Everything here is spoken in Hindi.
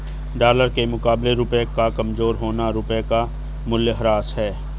डॉलर के मुकाबले रुपए का कमज़ोर होना रुपए का मूल्यह्रास है